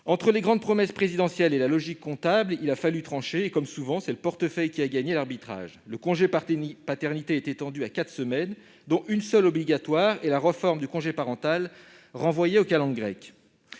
Entre les grandes promesses présidentielles et la logique comptable, il a fallu trancher et, comme souvent, c'est le portefeuille qui a gagné l'arbitrage. Le congé de paternité est étendu à quatre semaines, dont une seule est obligatoire, et la réforme du congé parental est renvoyée aux calendes grecques.